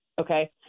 okay